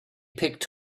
picked